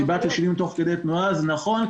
דיברת על שינוי תוך כדי תנועה אז נכון,